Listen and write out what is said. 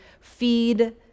feed